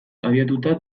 abiatuta